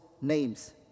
names